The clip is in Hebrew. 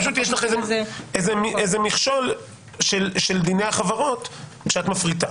פשוט יש לך איזה מכשול של דיני החברות כשאת מפריטה.